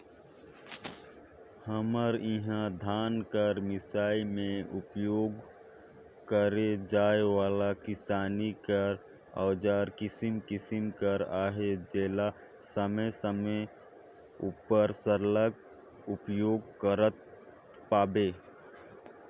हमर इहा धान कर मिसई मे उपियोग करे जाए वाला किसानी कर अउजार किसिम किसिम कर अहे जेला समे समे उपर सरलग उपियोग करत पाबे